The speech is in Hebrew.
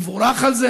ויבורך על זה.